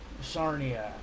sarnia